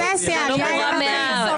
אתה באובססיה על יאיר לפיד.